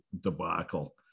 debacle